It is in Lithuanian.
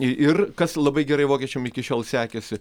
ir kas labai gerai vokiečiam iki šiol sekėsi